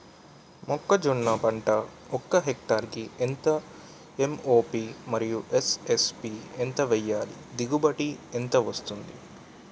మొక్కజొన్న పంట ఒక హెక్టార్ కి ఎంత ఎం.ఓ.పి మరియు ఎస్.ఎస్.పి ఎంత వేయాలి? దిగుబడి ఎంత వస్తుంది?